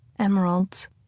emeralds